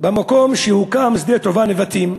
במקום שהוקם שדה התעופה נבטים.